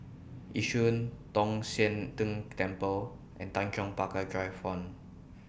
Yishun Tong Sian Tng Temple and Tanjong Pagar Drive one